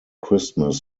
christmas